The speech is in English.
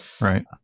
right